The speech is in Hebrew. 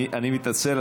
אני מתנצל.